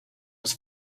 was